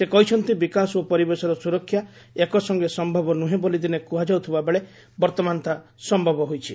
ସେ କହିଛନ୍ତି ବିକାଶ ଓ ପରିବେଶର ସୁରକ୍ଷା ଏକ ସଙ୍ଗେ ସମ୍ଭବ ନୁହେଁ ବୋଲି ଦିନେ କୁହାଯାଉଥିବାବେଳେ ବର୍ତ୍ତମାନ ତାହା ସମ୍ଭବ ହୋଇଛି